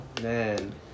man